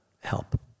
help